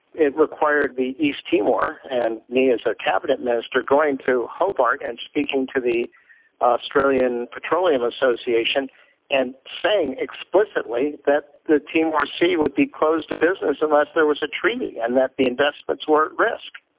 it required east timor and me as a cabinet minister going to hobart and speaking to the australian petroleum association and saying explicitly that the timor sea would be closed to business unless there was a treaty and that the investments were at risk.